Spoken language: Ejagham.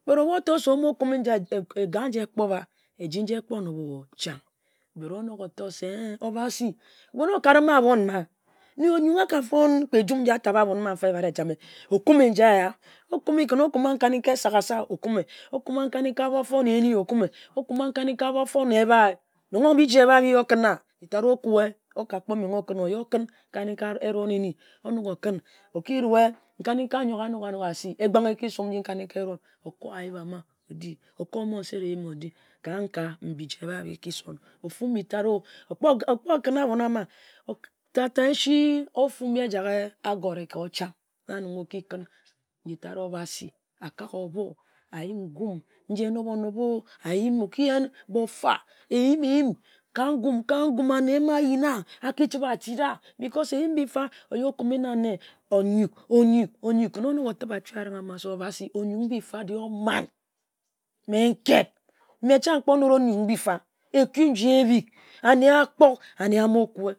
But obu okpor tor se, o-mmo kume njia, egia, nji ekpor ba, eji nji ekpor nob-o, chang. But onok otor se, Obasi we na okarem ahbon ma, nne onyuk aka fon kpe ejum nji aki tabe ahbon ma-fa okume njia ehya. Kǝn okuma nkani-ka esagasa-o, okuma bofor-na eni-o, okuma nkani-nka bofor-na ebhi-o nong biji bi ye o kǝn-na njit tat, okue, oka kpor menghe okǝn. Oyi okǝn nkani-n-ka eron-na-ehni. Onok okǝn, oki ruwe, nkani-ka yi anok asi, egbang eki summ ohko ayib ama oyor, ohko mosit eyim-edim odi, ka-nga biji eba bi ki son. Ofu mbitat-o, okpor kǝn ahbon ama tata esi ofu mbi ejak agore ka ocham na nong oki kǝn, nji tat Obasi akak ohbo ayim ngum, nji enob-onob-o ayim, oki yen bofa, eyim-eyim, ka ngun, ka ngum anne ma a yinna a chiba-atira because eyim mbifa. Onyuk, kǝn onok otem achi arung se Obasi de-e onyuk mbi-fa de-e oman, mme nkit, mme chang kpor nut onyuk mbi-fa ekue nji ehbig ane akpok ane a mo kue.